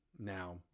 Now